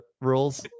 rules